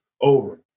over